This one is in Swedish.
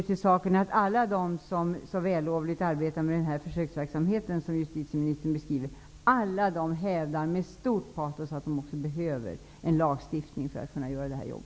Till saken hör att alla de, som så vällovligt arbetar med den försöksverksamhet som justitieministern beskriver, med stort patos hävdar att de behöver en lagstiftning för att kunna utföra sina jobb.